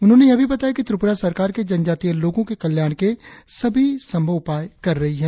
उन्होंने यह भी बताया कि त्रिपुरा सरकार के जनजातीय लोगों के कल्याण के सभी संभव उपाय कर रही है